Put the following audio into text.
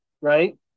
right